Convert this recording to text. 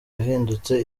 yahindutse